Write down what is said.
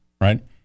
right